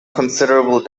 considerable